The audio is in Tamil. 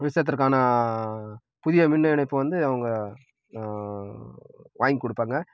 விவசாயத்திற்கான புதிய மின் இணைப்பை வந்து அவங்க வாங்கி கொடுப்பாங்க